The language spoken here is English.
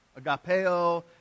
Agapeo